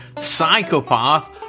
Psychopath